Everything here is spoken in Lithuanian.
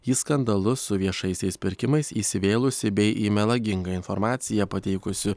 į skandalus su viešaisiais pirkimais įsivėlusi bei į melagingą informaciją pateikusi